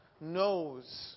knows